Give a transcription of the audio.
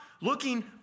looking